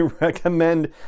recommend